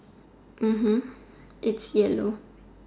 er hm it's yellow